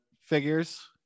figures